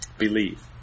believe